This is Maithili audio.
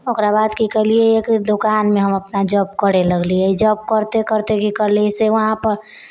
ओकरा बाद कि केलिए एक दोकानमे हम अपना जॉब करै लगलिए जॉब करिते करिते कि करलिए से वहाँपर